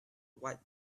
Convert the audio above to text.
white